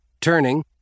Turning